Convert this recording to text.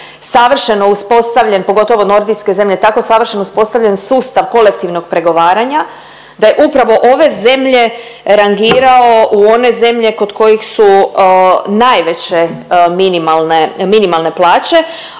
savršeno uspostavljen, pogotovo Nordijske zemlje, tako savršeno uspostavljen sustav kolektivnog pregovaranja da je upravo ove zemlje rangirao u one zemlje kod kojih su najveće minimalne,